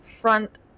front